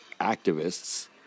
activists